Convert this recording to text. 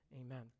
amen